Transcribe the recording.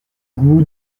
gout